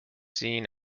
seen